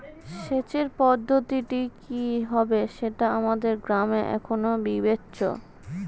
সেচের পদ্ধতিটি কি হবে সেটা আমাদের গ্রামে এখনো বিবেচ্য